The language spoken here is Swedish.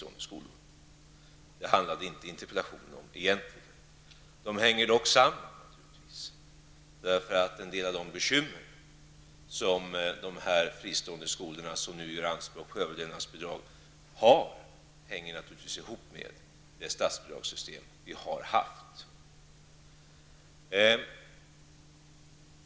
Denna senare fråga handlar interpellationen egentligen inte om, men en del av de bekymmer som de fristående skolorna, som nu gör anspråk på överlevnadsbidrag, har hänger givetvis ihop med det gällande statsbidragssystemet.